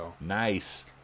Nice